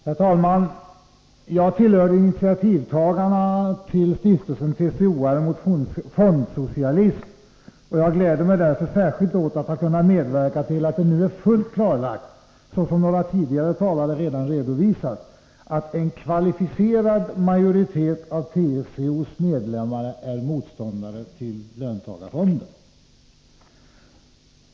Herr talman! Jag tillhörde initiativtagarna till stiftelsen TCO-are mot fondsocialism, och jag gläder mig därför särskilt åt att ha kunnat medverka till att det nu är fullt klarlagt — såsom några tidigare talare redan redovisat — att en kvalificerad majoritet av TCO:s medlemmar är motståndare till löntagarfonder.